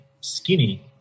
skinny